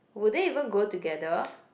would they even go together